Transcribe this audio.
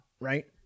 right